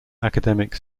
academic